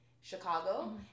Chicago